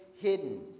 hidden